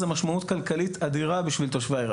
זה משמעות כלכלית אדירה בשביל תושבי העיר.